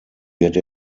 wird